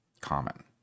common